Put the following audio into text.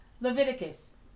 Leviticus